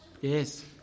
Yes